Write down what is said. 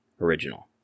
original